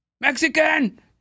Mexican